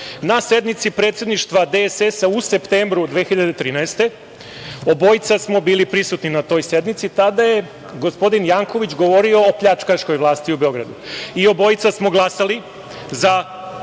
na sednici predsedništva DSS u septembru 2013. godine. Obojica smo bili prisutni na toj sednici. Tada je gospodin Janković govorio o pljačkaškoj vlasti u Beogradu i obojica smo glasali da